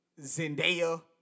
Zendaya